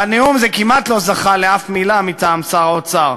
בנאום זה כמעט לא זכה לאף מילה מטעם שר האוצר.